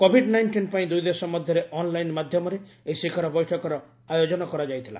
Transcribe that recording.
Covid nineteen ପାଇଁ ଦୁଇଦେଶ ମଧ୍ୟରେ ଅନ୍ଲାଇନ ମାଧ୍ୟମରେ ଏହି ଶିଖର ବୈଠକର ଆୟୋଜନ କରାଯାଇଥିଲା